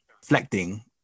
reflecting